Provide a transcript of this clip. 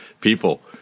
People